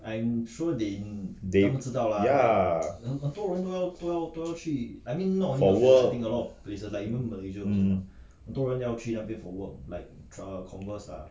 they ya for work hmm